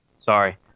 Sorry